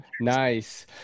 nice